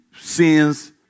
sins